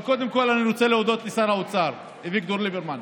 אבל קודם כול אני רוצה להודות לשר האוצר אביגדור ליברמן,